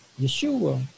Yeshua